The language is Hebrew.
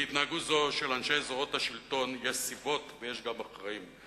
להתנהגות זו של אנשי זרועות השלטון יש סיבות ויש גם אחראים.